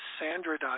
Sandra